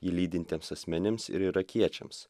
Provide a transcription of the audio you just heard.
jį lydintiems asmenims ir irakiečiams